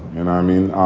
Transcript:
and i mean,